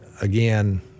again